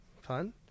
fun